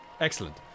Excellent